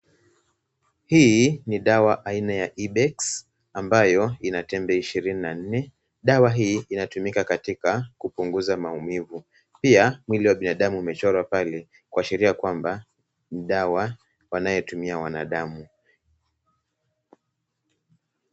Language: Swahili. Hii ni dawa aina ya Ibex ambayo ina tembe ishirini na nne, dawa hii inatumika katika kupunguza maumivu. Pia mwili wa binadamu umechorwa pale kuashiria kwamba ni dawa wanayotumia wanadamu.